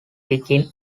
digging